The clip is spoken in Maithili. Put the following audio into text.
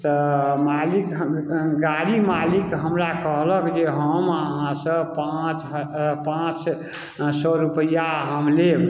तऽ मालिक गाड़ी मालिक हमरा कहलक जे हम अहाँसँ पाँच पाँच सए रुपैआ हम लेब